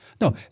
No